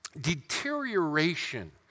deterioration